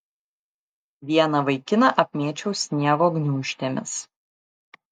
vieną vaikiną apmėčiau sniego gniūžtėmis